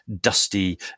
dusty